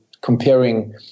comparing